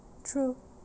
true